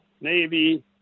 Navy